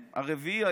הרביעי,